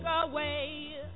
away